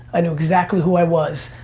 i knew exactly who i was.